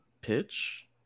pitch